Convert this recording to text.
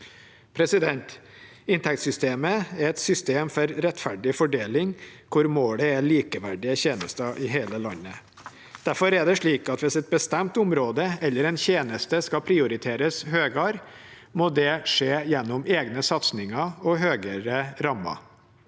systemet. Inntektssystemet er et system for rettferdig fordeling, hvor målet er likeverdige tjenester i hele landet. Derfor er det slik at hvis et bestemt område eller en tjeneste skal prioriteres høyere, må det skje gjennom egne